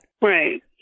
Right